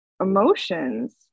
emotions